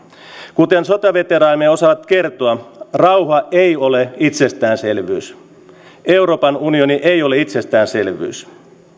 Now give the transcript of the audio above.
kuten sotaveteraanimme osaavat kertoa rauha ei ole itsestäänselvyys euroopan unioni ei ole itsestäänselvyys